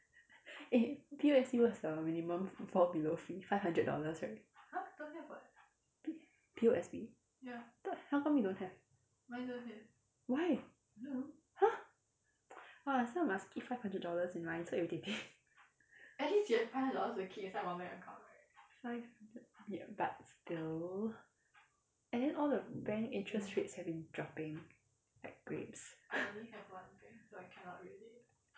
eh P_O_S_B what's the minimum fall below fee five hundred dollars right P P_O_S_B how come you don't have why !huh! !wah! so I must keep five hundred dollars in mine so irritating five hundred ya but still and then all the bank interest rates have been dropping like grapes